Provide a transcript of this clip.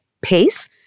pace